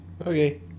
Okay